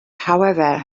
however